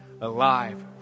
alive